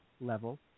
level